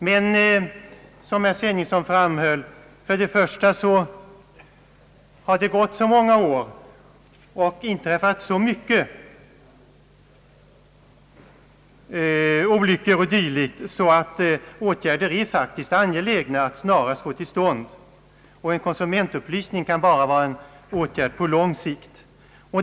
Men nu har det gått så många år och inträffat så många olyckor att det är angeläget att erforderliga åtgärder snarast vidtas. En konsumentupplysning kan ju bara bli en åtgärd på lång sikt.